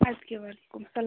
اَدٕ کیٛاہ وعلیکُم اَسلام